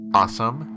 awesome